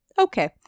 Okay